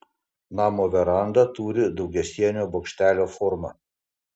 namo veranda turi daugiasienio bokštelio formą